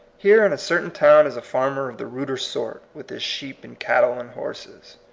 here in a certain town is a farmer of the ruder sort, with his sheep and cattle and horses.